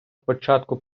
початку